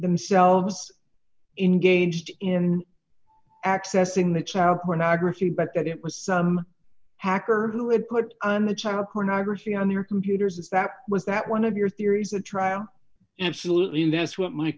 themselves in gauged in accessing the child pornography but that it was some hacker who would put on the child pornography on your computers that was that one of your theories a trial absolutely and that's what my